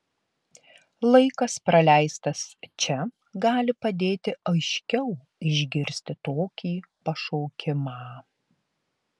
laikas praleistas čia gali padėti aiškiau išgirsti tokį pašaukimą